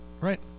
right